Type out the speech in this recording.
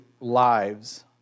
lives